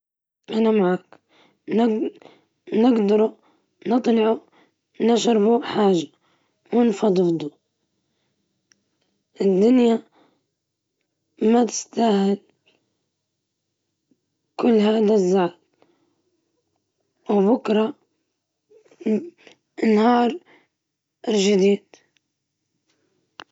نقوله تعال نشرب قهوة ونفك شوية، ونخليه يفضفض، نحاول نضحكه أو نذكره بحاجات كويسة دارها، ندير حاجة تخليه ينسى اليوم السيئ، زي نخطط لخرجة بسيطة.